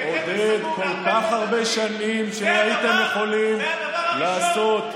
עודד, כל כך הרבה שנים שהייתם יכולים לעשות,